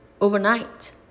overnight